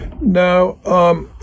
Now